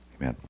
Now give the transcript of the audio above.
amen